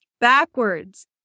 backwards